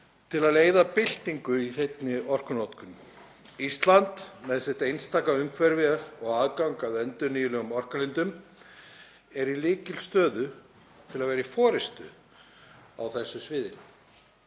til að leiða byltingu í hreinni orkunotkun. Ísland með sitt einstaka umhverfi og aðgang að endurnýjanlegum orkulindum er í lykilstöðu til að vera í forystu á þessu sviði.